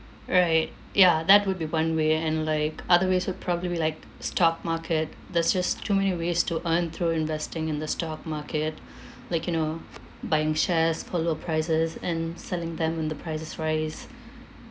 right ya that would be one way and like other ways would probably be like stock market there's just too many ways to earn through investing in the stock market like you know buying shares for low prices and selling them when the prices rise